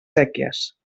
séquies